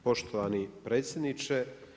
Poštovani predsjedniče.